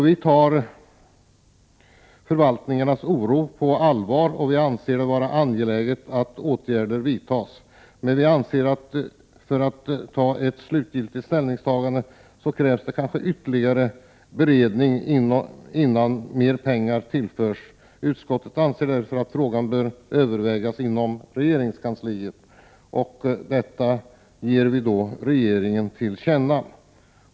Vi tar förvaltningarnas oro på allvar, och vi anser att det är angeläget att åtgärder vidtas. Men för att kunna ta ett slutligt ställningstagande krävs det ytterligare beredning innan mer pengar tillförs. Utskottet anser därför att frågan bör övervägas inom regeringskansliet, och detta ger utskottet regeringen till känna.